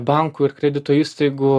bankų ir kredito įstaigų